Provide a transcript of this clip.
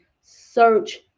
search